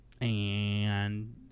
and-